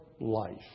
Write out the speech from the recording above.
life